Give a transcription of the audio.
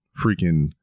freaking